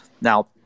Now